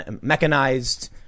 mechanized